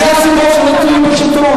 וזה הסיבות שלא תהיו בשלטון,